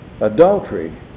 Adultery